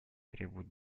требуют